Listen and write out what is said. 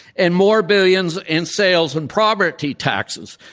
and more billions in sales and property taxes.